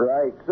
Right